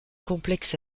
complexes